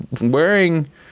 wearing